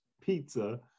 pizza